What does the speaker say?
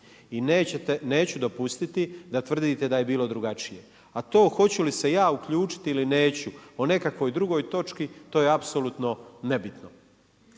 I neću dopustiti da tvrdite da je bilo drugačije. A to hoću li se ja uključiti ili neću o nekakvoj drugoj točki, to je apsolutno nebitno.